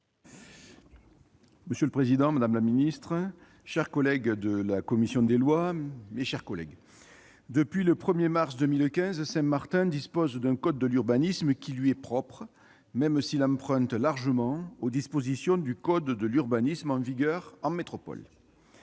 Monsieur le président, madame la ministre, mes chers collègues, depuis le 1 mars 2015, Saint-Martin dispose d'un code de l'urbanisme qui lui est propre, même s'il emprunte largement aux dispositions du code de l'urbanisme en vigueur en métropole.